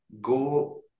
go